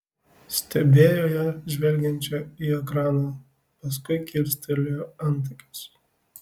stebėjo ją žvelgiančią į ekraną paskui kilstelėjo antakius